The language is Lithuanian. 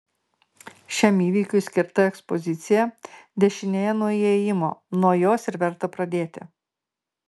šiam įvykiui skirta ekspozicija dešinėje nuo įėjimo nuo jos ir verta pradėti